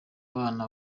abana